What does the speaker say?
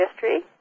history